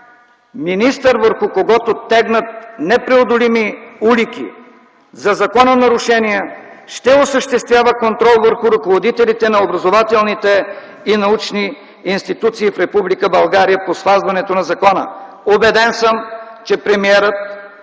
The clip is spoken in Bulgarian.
министър, върху когото тегнат непреодолими улики за закононарушения, ще осъществява контрол върху ръководителите на образователните и научни институции в Република България по спазването на закона? Убеден съм, че премиерът